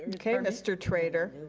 and okay, mr. traitor.